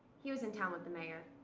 he was in town with the mayor.